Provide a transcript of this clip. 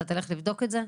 אתה תלך לבדוק את זה?